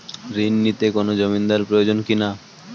ঋণ নিতে কোনো জমিন্দার প্রয়োজন কি না?